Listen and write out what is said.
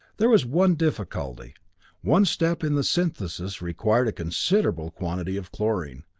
there was one difficulty one step in the synthesis required a considerable quantity of chlorine.